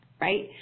right